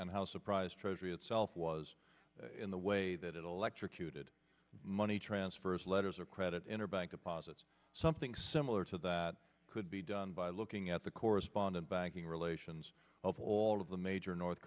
and how surprised treasury itself was in the way that it electrocuted money transfers letters or credit in a bank deposits something similar to that could be done by looking at the correspondent banking relations of all of the major north